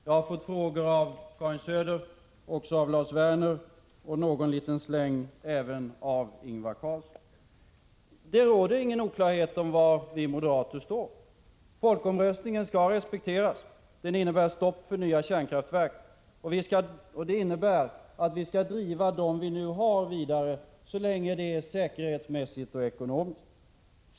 Jag har fått frågor av Karin Söder och Lars Werner på det området samt en liten släng av Ingvar Carlsson. Det råder ingen oklarhet om var vi moderater står. Folkomröstningen skall respekteras. Den innebär stopp för nya kärnkraftverk. Det betyder att vi skall fortsätta att driva dem vi redan har så länge det är säkerhetsmässigt och ekonomiskt motiverat.